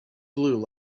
blue